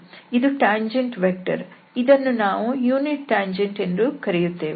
ಇದು tangent vector ಇದನ್ನು ನಾವು ಯೂನಿಟ್ ಟ್ಯಾಂಜೆಂಟ್ ಎಂದು ಕರೆಯುತ್ತೇವೆ